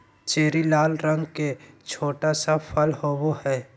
cherry लाल रंग के छोटा सा फल होबो हइ